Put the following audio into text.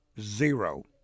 Zero